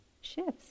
shifts